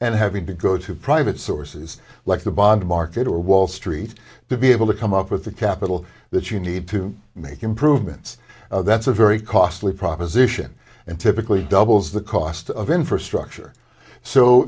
and having to go to private sources like the bond market or wall street to be able to come up with the capital that you need to make improvements that's a very costly proposition and typically doubles the cost of infrastructure so